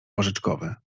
porzeczkowy